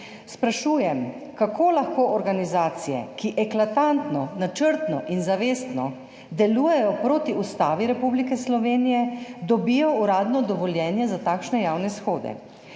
Sprašujem: Kako lahko organizacije, ki eklatantno, načrtno in zavestno delujejo proti Ustavi Republike Slovenije, dobijo uradno dovoljenje za takšne javne shode?